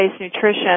nutrition